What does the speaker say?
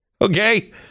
Okay